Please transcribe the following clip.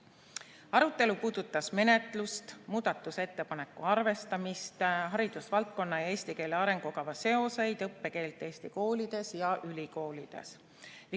Arutelu puudutas menetlust, muudatusettepanekute arvestamist, haridusvaldkonna ja eesti keele arengukava seoseid, õppekeelt Eesti koolides ja ülikoolides.